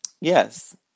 Yes